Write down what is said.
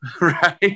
right